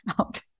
out